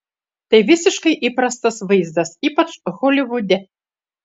tai visiškai įprastas vaizdas ypač holivude